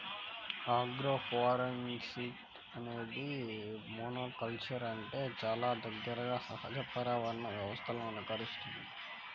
agroforestry అనేది మోనోకల్చర్ల కంటే చాలా దగ్గరగా సహజ పర్యావరణ వ్యవస్థలను అనుకరిస్తుంది